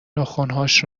ناخنهاش